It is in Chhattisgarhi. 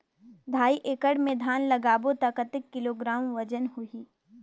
ढाई एकड़ मे धान लगाबो त कतेक किलोग्राम वजन होही?